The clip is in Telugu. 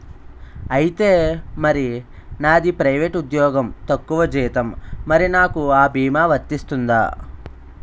ఐతే మరి నాది ప్రైవేట్ ఉద్యోగం తక్కువ జీతం మరి నాకు అ భీమా వర్తిస్తుందా?